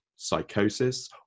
psychosis